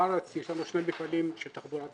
בארץ יש לנו שני מפעלים של אוטובוסים,